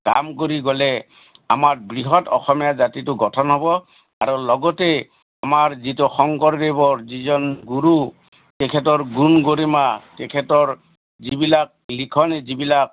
কাম কৰি গ'লে আমাৰ বৃহৎ অসমীয়া জাতিটো গঠন হ'ব আৰু লগতে আমাৰ যিটো শংকৰদেৱৰ যিজন গুৰু তেখেতৰ গুণ গৰিমা তেখেতৰ যিবিলাক লিখনি যিবিলাক